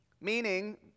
Meaning